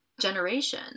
generation